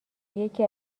یکی